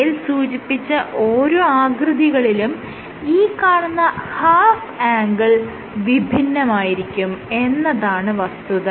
മേൽ സൂചിപ്പിച്ച ഓരോ ആകൃതികളിലും ഈ കാണുന്ന ഹാഫ് ആംഗിൾ വിഭിന്നമായിരിക്കും എന്നതാണ് വസ്തുത